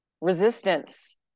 resistance